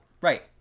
Right